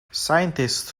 scientists